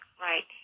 Right